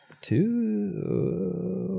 Two